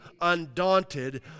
undaunted